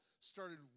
started